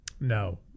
no